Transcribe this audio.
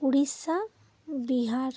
Orissa Bihar